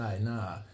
Nah